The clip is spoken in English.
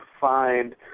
find